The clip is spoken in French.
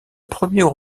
premier